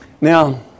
Now